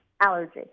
allergy